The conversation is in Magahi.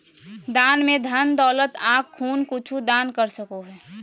दान में धन दौलत आँख खून कुछु दान कर सको हइ